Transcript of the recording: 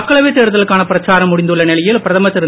மக்களவைத் தேர்தலுக்கான பிரச்சாரம் முடிந்துள்ள நிலையில் பிரதமர் திரு